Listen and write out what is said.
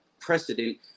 precedent